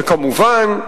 וכמובן,